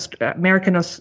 American